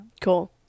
cool